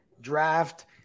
draft